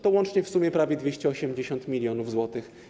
To łącznie w sumie prawie 280 mln zł.